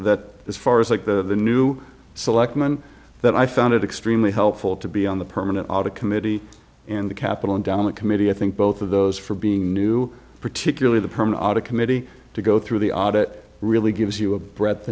that this far is like the new selectman that i found it extremely helpful to be on the permanent audit committee in the capital and down the committee i think both of those for being new particularly the permanent audit committee to go through the audit really gives you a breadth